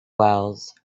wells